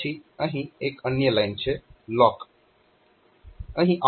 પછી અહીં એક અન્ય લાઈન છે LOCK